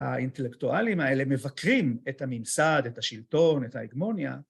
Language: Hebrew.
האינטלקטואלים האלה מבקרים את הממסד, את השלטון, את ההגמוניה.